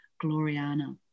Gloriana